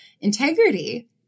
Integrity